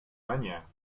manière